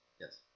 yes